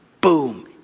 Boom